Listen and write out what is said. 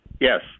yes